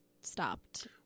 stopped